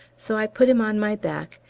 so i put him on my back,